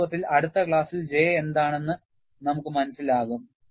വാസ്തവത്തിൽ അടുത്ത ക്ലാസ്സിൽ J എന്താണ് എന്ന് നമുക്ക് മനസ്സിലാകും